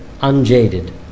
unjaded